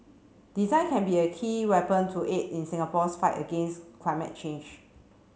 design can be a key weapon to aid in Singapore's fight against climate change